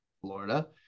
Florida